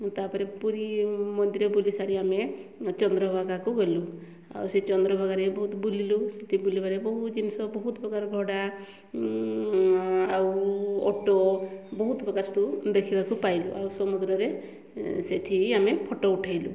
ତା'ପରେ ପୁରୀ ମନ୍ଦିର ବୁଲିସାରି ଆମେ ଚନ୍ଦ୍ରଭାଗାକୁ ଗଲୁ ଆଉ ସେଇ ଚନ୍ଦ୍ରଭାଗାରେ ବହୁତ ବୁଲିଲୁ ସେଠି ବୁଲିବାରେ ବହୁ ଜିନିଷ ବହୁତ ପ୍ରକାର ଘୋଡ଼ା ଆଉ ଓଟ ବହୁତ ପ୍ରକାର ସବୁ ଦେଖିବାକୁ ପାଇଲୁ ଆଉ ସମୁଦ୍ରରେ ସେଠି ଆମେ ଫଟୋ ଉଠାଇଲୁ